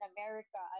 America